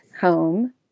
home